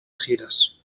giras